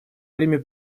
время